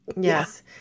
Yes